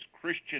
Christian